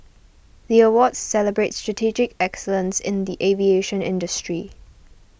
the awards celebrate strategic excellence in the aviation industry